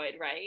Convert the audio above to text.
right